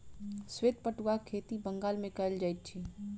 श्वेत पटुआक खेती बंगाल मे कयल जाइत अछि